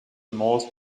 most